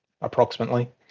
approximately